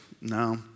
no